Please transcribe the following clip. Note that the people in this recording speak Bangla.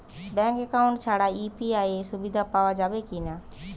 ব্যাঙ্ক অ্যাকাউন্ট ছাড়া ইউ.পি.আই সুবিধা পাওয়া যাবে কি না?